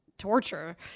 Torture